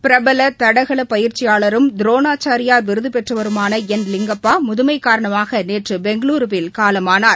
பிரபல தடகள பயிற்சியாளரும் துரோணாச்சாரியார் விருது பெற்றவருமான என் லிங்கப்பா முதுமை காரணமாக நேற்று பெங்களூரூவில் காலமானார்